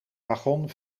wagon